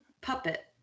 Puppet